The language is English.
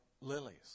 lilies